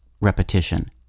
repetition